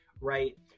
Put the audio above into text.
right